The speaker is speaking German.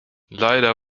leider